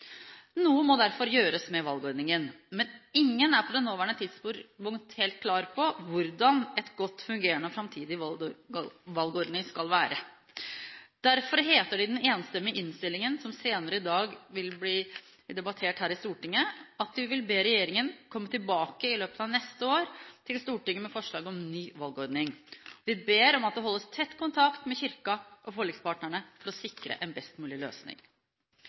Noe må derfor gjøres med valgordningen, men ingen er på det nåværende tidspunktet helt klar på hvordan en godt fungerende og framtidig valgordning skal være. Derfor heter det i den enstemmige innstillingen, som senere i dag vil bli debattert her i Stortinget, at vi vil be regjeringen komme tilbake til Stortinget i løpet av neste år med forslag til ny valgordning. Vi ber om at det holdes tett kontakt med Kirken og forlikspartnerne for å sikre en best mulig løsning.